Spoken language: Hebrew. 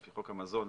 רשתות המזון,